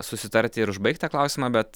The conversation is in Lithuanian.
susitarti ir užbaigt tą klausimą bet